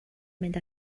mynd